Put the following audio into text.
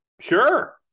sure